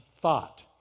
thought